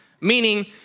Meaning